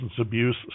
Abuse